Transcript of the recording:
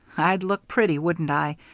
i'd look pretty, wouldn't i,